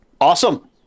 Awesome